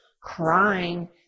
crying